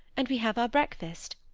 and we have our breakfast.